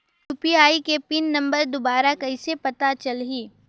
UPI के PIN number दुबारा कइसे पता चलही?